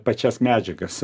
pačias medžiagas